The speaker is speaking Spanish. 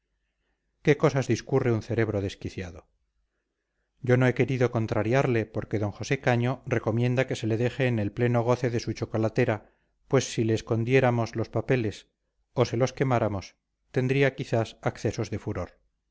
qué cosas discurre un cerebro desquiciado yo no he querido contrariarle porque d josé caño recomienda que se le deje en el pleno goce de su chocolatera pues si le escondiéramos los papeles o se los quemáramos tendría quizás accesos de furor